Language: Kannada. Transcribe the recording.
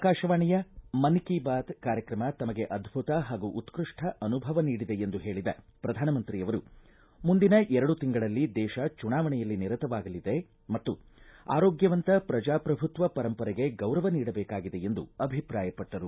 ಆಕಾಶವಾಣಿಯ ಮನ್ ಕಿ ಬಾತ್ ಕಾರ್ಯಕ್ರಮ ತಮಗೆ ಅದ್ದುತ ಹಾಗೂ ಉತ್ಕೃಷ್ಟ ಅನುಭವ ನೀಡಿದೆ ಎಂದು ಹೇಳದ ಪ್ರಧಾನಮಂತ್ರಿಯವರು ಮುಂದಿನ ಎರಡು ತಿಂಗಳಲ್ಲಿ ದೇಶ ಚುನಾವಣೆಯಲ್ಲಿ ನಿರತವಾಗಲಿದೆ ಮತ್ತು ಆರೋಗ್ಕವಂತ ಪ್ರಜಾಪ್ರಭುತ್ವ ಪರಂಪರೆಗೆ ಗೌರವ ನೀಡಬೇಕಾಗಿದೆ ಎಂದು ಅಭಿಪ್ರಾಯಪಟ್ಟರು